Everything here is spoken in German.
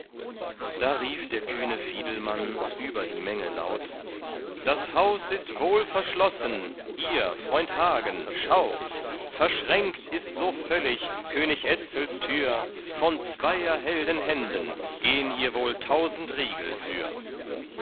da rief der kühne fiedelmann über die menge laut das haus ist wohlverschlossen ihr freund hagen schaut verschränkt ist so völlig könig etzels tür von zweier helden händen gehn ihr wohl tausend riegel für